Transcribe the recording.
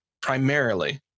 primarily